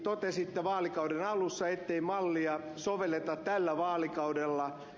totesitte vaalikauden alussa ettei mallia sovelleta tällä vaalikaudella